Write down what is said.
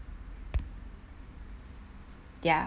ya